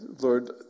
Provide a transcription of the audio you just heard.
Lord